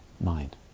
Mind